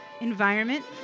environment